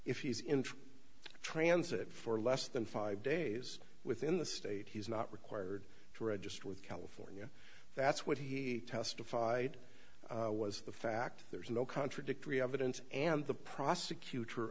if he's interim transit for less than five days within the state he's not required to register with california that's what he testified was the fact there's no contradictory evidence and the prosecutor